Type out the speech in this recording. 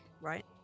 right